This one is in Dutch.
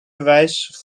bewijs